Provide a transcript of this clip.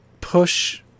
push